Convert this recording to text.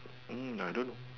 I don't